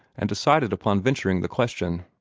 and decided upon venturing the question.